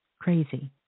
crazy